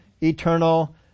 eternal